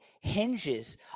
hinges